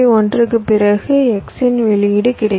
1 க்குப் பிறகு x இன் வெளியீடு கிடைக்கும்